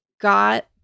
got